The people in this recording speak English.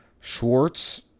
Schwartz